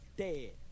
dead